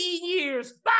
years